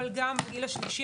אבל גם לגיל השלישי,